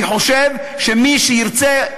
אני חושב שמי שירצה,